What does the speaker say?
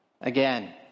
Again